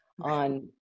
on